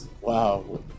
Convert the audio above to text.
Wow